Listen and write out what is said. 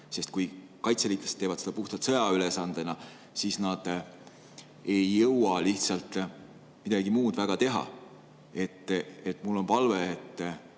sest kui kaitseliitlased teevad seda puhtalt sõjaülesandena, siis nad ei jõua lihtsalt midagi muud eriti teha. Mul on palve, et